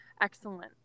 excellent